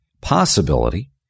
possibility